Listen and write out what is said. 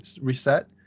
reset